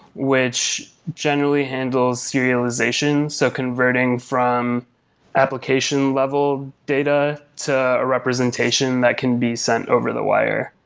which generally handles your utilization, so converting from application level data to a representation that can be sent over the wire.